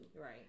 right